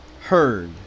heard